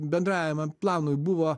bendrajam planui buvo